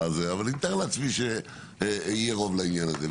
ואני מתאר לעצמי שיהיה רוב לעניין הזה.